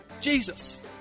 Jesus